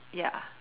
ya